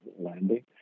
landing